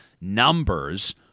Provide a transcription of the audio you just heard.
numbers